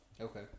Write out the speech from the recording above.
Okay